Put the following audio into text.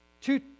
two